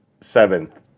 seventh